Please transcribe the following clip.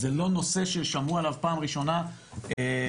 זה לא נושא ששמעו עליו פעם ראשונה השנה,